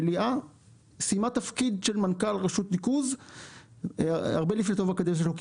מליאה סיימה תפקיד של מנכ"ל רשות ניקוז הרבה לפני תום הקדנציה שלו,